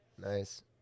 Nice